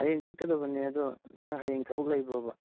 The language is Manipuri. ꯍꯌꯦꯡ ꯆꯠꯀꯗꯕꯅꯦ ꯑꯗꯣ ꯅꯪ ꯍꯌꯦꯡ ꯊꯕꯛ ꯂꯩꯕ꯭ꯔꯣꯕ